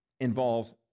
involves